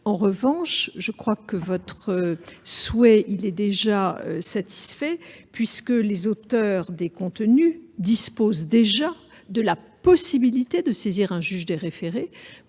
Au reste, je crois que votre souhait est satisfait, puisque les auteurs disposent déjà de la possibilité de saisir un juge des référés